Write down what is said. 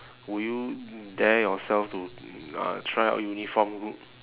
would you dare yourself to uh try out uniformed group